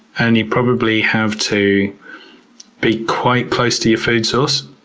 and you probably have to be quite close to your food source